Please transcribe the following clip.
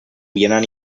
vianant